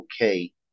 okay